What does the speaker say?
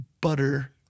Butter